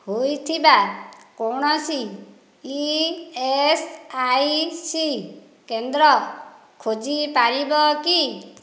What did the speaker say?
ହୋଇଥିବା କୌଣସି E S I C କେନ୍ଦ୍ର ଖୋଜିପାରିବ କି